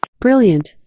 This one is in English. brilliant